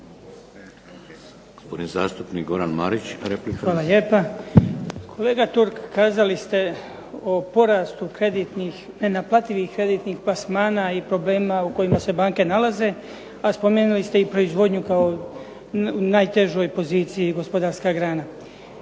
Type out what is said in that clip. Hvala lijepa. Kolega Turk kazali ste o porastu nenaplativih kreditnih plasmana i problemima u kojima se banke nalaze, pa spomenuli ste proizvodnju kao u najtežoj poziciji gospodarska grana.